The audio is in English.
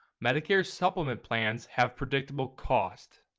medicare supplement plans have predictable cost,